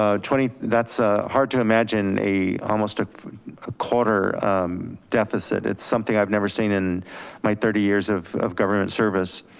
so twenty, that's ah hard to imagine a almost ah a quarter deficit. it's something i've never seen in my thirty years of of government service.